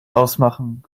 ausmachen